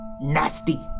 nasty